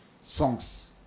songs